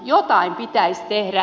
jotain pitäisi tehdä